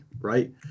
Right